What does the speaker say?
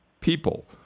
people